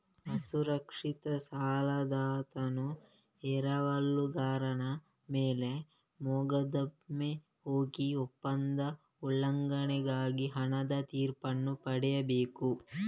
ಅಸುರಕ್ಷಿತ ಸಾಲದಾತನು ಎರವಲುಗಾರನ ಮೇಲೆ ಮೊಕದ್ದಮೆ ಹೂಡಿ ಒಪ್ಪಂದದ ಉಲ್ಲಂಘನೆಗಾಗಿ ಹಣದ ತೀರ್ಪನ್ನು ಪಡೆಯಬೇಕು